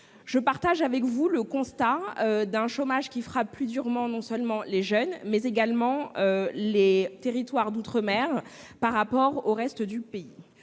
Je partage avec vous le constat d'un chômage qui frappe plus durement non seulement les jeunes, mais également les territoires d'outre-mer par rapport au reste du pays.